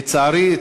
לצערי,